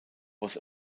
was